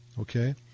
Okay